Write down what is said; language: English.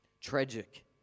Tragic